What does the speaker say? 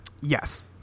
yes